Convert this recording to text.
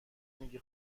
میگی